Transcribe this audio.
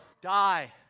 Die